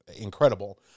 incredible